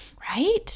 Right